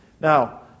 Now